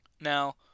Now